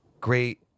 great